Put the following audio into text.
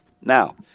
Now